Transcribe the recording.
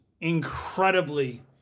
incredibly